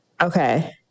Okay